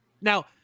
Now